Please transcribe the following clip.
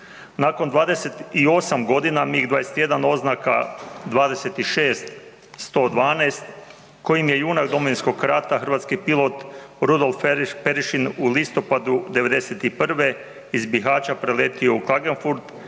Nakon 28 godina MIG-21 oznaka 26112 koji je junak Domovinskog rata, hrvatski pilot Rudolf Perešin u listopadu '91. iz Bihaća preletio u Klagenfurt,